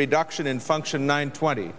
reduction in function nine twenty